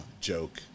joke